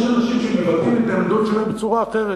יש אנשים שמבטאים את העמדות שלהם בצורה אחרת.